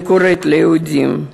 אני קוראת ליהודים,